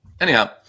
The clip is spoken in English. Anyhow